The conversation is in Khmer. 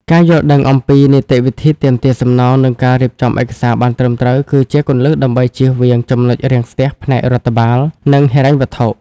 ការយល់ដឹងអំពី នីតិវិធីទាមទារសំណង និងការរៀបចំឯកសារបានត្រឹមត្រូវ គឺជាគន្លឹះដើម្បីជៀសវាង ចំណុចរាំងស្ទះ ផ្នែករដ្ឋបាល និងហិរញ្ញវត្ថុ។